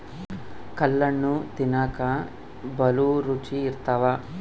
ಕಲ್ಲಣ್ಣು ತಿನ್ನಕ ಬಲೂ ರುಚಿ ಇರ್ತವ